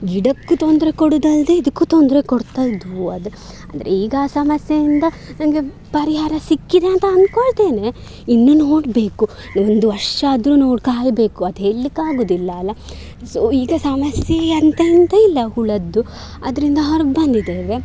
ಗಿಡಕ್ಕೂ ತೊಂದರೆ ಕೊಡುವುದಲ್ದೆ ಇದಕ್ಕೂ ತೊಂದರೆ ಕೊಡ್ತಾಯಿದ್ದವು ಅದೇ ಅಂದರೆ ಈಗ ಆ ಸಮಸ್ಯೆಯಿಂದ ನನಗೆ ಪರಿಹಾರ ಸಿಕ್ಕಿದೆ ಅಂತ ಅಂದ್ಕೊಳ್ತೇನೆ ಇನ್ನೂ ನೋಡಬೇಕು ಒಂದು ವರ್ಷಾದರೂ ನೋಡಿ ಕಾಯಬೇಕು ಅದು ಹೇಳ್ಲಿಕ್ಕಾಗುವುದಿಲ್ಲ ಅಲಾ ಸೊ ಈಗ ಸಮಸ್ಯೆ ಎಂಥೆಂಥಯಿಲ್ಲ ಹುಳುದ್ದು ಅದರಿಂದ ಹೊರಗೆ ಬಂದಿದ್ದೇವೆ